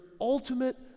ultimate